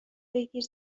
بگیر